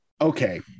Okay